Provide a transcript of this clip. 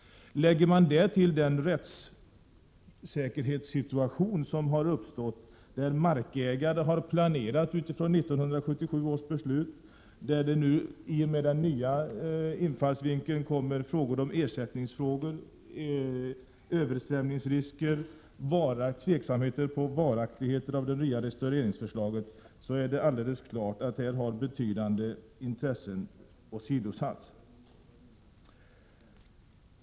Därtill kan man lägga den rättssäkerhetssituation som uppstått. Markägare och andra har planerat utifrån 1977 års beslut, men i och med den nya infallsvinkeln har det uppstått osäkerhet om ersättningsfrågorna, översvämningsrisker, varaktigheten av det nya restaureringsförslaget osv. Alldeles klart har betydande intressen åsidosatts.